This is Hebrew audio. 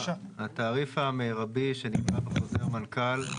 התעריף המרבי שנקבע בחוזר מנכ"ל,